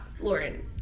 Lauren